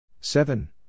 Seven